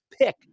pick